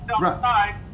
right